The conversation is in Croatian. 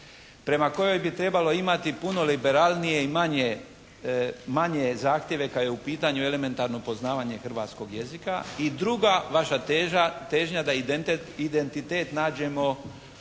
prema kojoj bi trebalo imati puno liberalnije i manje zahtjeve kada je u pitanju elementarno poznavanje hrvatskog jezika. I druga vaša težnja, da identitet nađemo